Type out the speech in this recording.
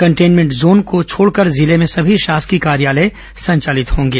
containment zone को छोड़कर जिले में सभी शासकीय कार्यालय संचालित होंगे